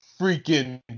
freaking